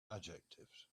adjectives